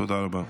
תודה רבה.